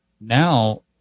now